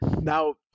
Now